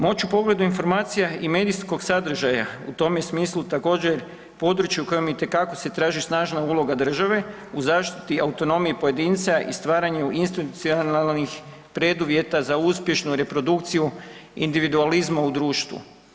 Moć u pogledu informacija i medijskog sadržaja u tome smislu također u području kojem itekako se traži snažna uloga države u zaštiti autonomije pojedinca i stvaranju institucionalnih preduvjeta za uspješnu reprodukciju individualizma u društvu.